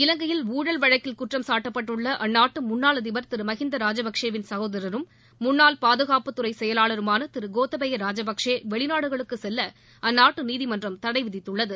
இவங்கையில் ஊழல் வழக்கில் குற்றம்சாட்டப்பட்டுள்ள அந்நாட்டு முன்னாள் அதிபர் திரு மஹிந்தா ராஜபக்சேயின் க்கோதரரும் முன்னாள் பாதுகாப்புத்துறை செயலாளருமான திரு கோத்தபையா ராஜபக்சே வெளிநாடுகளுக்குச் செல்ல அந்நாட்டு நீதிமன்றம் தடை விதித்துள்ளது